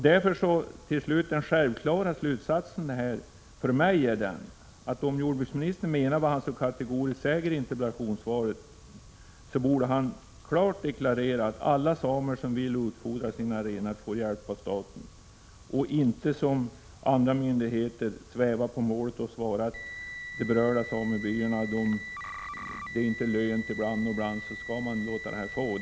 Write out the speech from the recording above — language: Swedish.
Den självklara slutsatsen för mig är den att om jordbruksministern menar vad han så kategoriskt säger i interpellationssvaret, borde han klart deklarera att alla samer som vill utfodra sina renar får hjälp av staten, och han borde inte som en del myndigheter sväva på målet och tala om att det i vissa fall inte är lönt med utfodring men att vissa samebyar skall få hjälp.